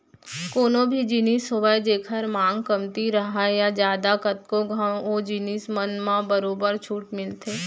कोनो भी जिनिस होवय जेखर मांग कमती राहय या जादा कतको घंव ओ जिनिस मन म बरोबर छूट मिलथे